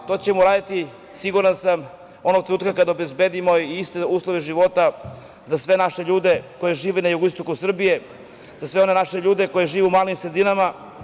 To ćemo uraditi, siguran sam, onog trenutka kada obezbedimo iste uslove života za sve naše ljude koji žive na jugoistoku Srbije, za sve one naše ljude koji žive u malim sredinama.